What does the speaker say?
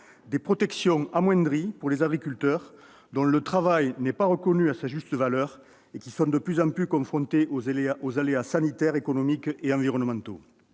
des protections amoindries pour les agriculteurs dont le travail n'est pas reconnu à sa juste valeur et qui sont de plus en plusconfrontés aux aléas sanitaires, économiques etenvironnementaux